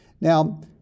Now